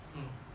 mm